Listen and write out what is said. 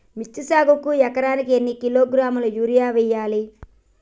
మిర్చి సాగుకు ఎకరానికి ఎన్ని కిలోగ్రాముల యూరియా వేయాలి?